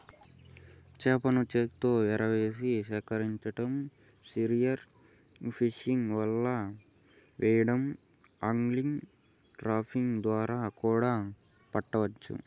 చేపలను చేతితో ఎరవేసి సేకరించటం, స్పియర్ ఫిషింగ్, వల వెయ్యడం, ఆగ్లింగ్, ట్రాపింగ్ ద్వారా కూడా పట్టవచ్చు